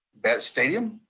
vet stadium.